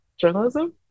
journalism